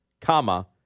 comma